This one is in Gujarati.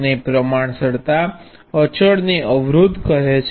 અને પ્રમાણસરતા અચળને અવરોધ કહે છે